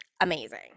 amazing